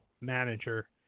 manager